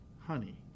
honey